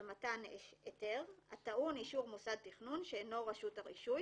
מתן היתר הטעון אישור מוסד תכנון שאינו רשות הרישוי,